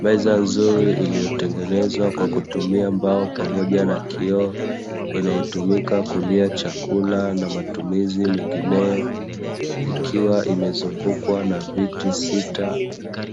Meza nzuri iliyotengenezwa kwa kutumia mbao pamoja na kioo, inayotumika kulia chakula na mafumizi mengineyo, ikiwa imezungukwa na viti sita